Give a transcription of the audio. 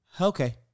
Okay